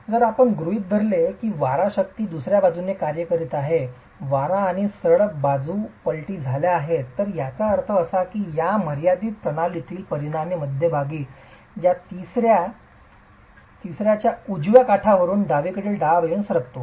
जर आपण गृहित धरले की वारा शक्ती दुसर्या बाजूने कार्य करीत आहे वारा आणि सरळ बाजू पलटी झाल्या आहेत तर याचा अर्थ असा की या मर्यादित प्रकरणातील परिणामी मध्यभागी या तिसर्याच्या उजव्या काठावरुन डावीकडील डाव्या बाजूकडे सरकतो